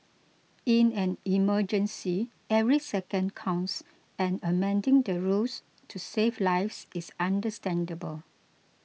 in an emergency every second counts and amending the rules to save lives is understandable